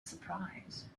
surprise